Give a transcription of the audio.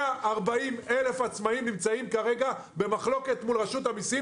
140,000 עצמאים נמצאים כעת במחלוקת מול רשות המיסים